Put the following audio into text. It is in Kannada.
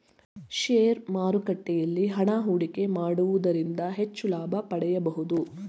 ಶೇರು ಮಾರುಕಟ್ಟೆಯಲ್ಲಿ ಹಣ ಹೂಡಿಕೆ ಮಾಡುವುದರಿಂದ ಹೆಚ್ಚು ಲಾಭ ಪಡೆಯಬಹುದು